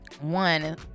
one